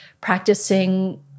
practicing